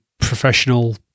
professional